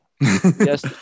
yes